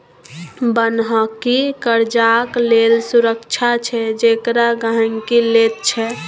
बन्हकी कर्जाक लेल सुरक्षा छै जेकरा गहिंकी लैत छै